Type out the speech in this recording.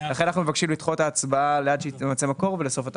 ולכן אנחנו מבקשים לדחות את ההצבעה עד שיימצא המקור וייעשו התחשיבים.